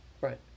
Right